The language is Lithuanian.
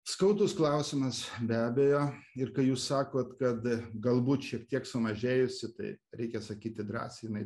skaudus klausimas be abejo ir kai jūs sakot kad galbūt šiek tiek sumažėjusi tai reikia sakyti drąsiai jinai